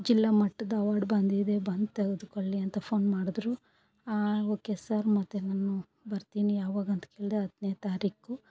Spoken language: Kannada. ಜಿಲ್ಲಾ ಮಟ್ಟದ ಅವಾರ್ಡ್ ಬಂದಿದೆ ಬಂದು ತೆಗೆದುಕೊಳ್ಳಿ ಅಂತ ಫೋನ್ ಮಾಡಿದ್ರು ಹಾಂ ಓ ಕೆ ಸರ್ ಮತ್ತು ನಾನು ಬರ್ತೀನಿ ಯಾವಾಗ ಅಂತ ಕೇಳಿದೆ ಹತ್ತನೇ ತಾರೀಕು